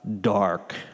dark